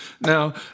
Now